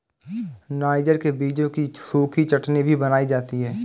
niger के बीजों की सूखी चटनी भी बनाई जाती है